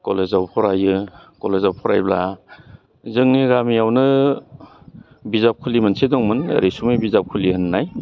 कलेजाव फरायो कलेजाव फरायब्ला जोंनि गामियावनो बिजाबखुलि मोनसे दंमोन रैसुमै बिजाबखुलि होन्नाय